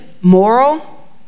moral